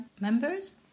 members